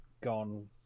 gone